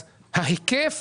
אז ההיקף